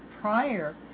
prior